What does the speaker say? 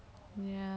ya